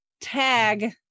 tag